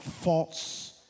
false